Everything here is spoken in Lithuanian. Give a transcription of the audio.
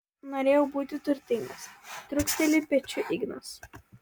norėjau būti turtingas trūkteli pečiu ignas